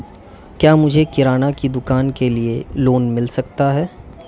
क्या मुझे किराना की दुकान के लिए लोंन मिल सकता है?